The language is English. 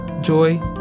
joy